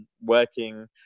working